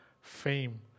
fame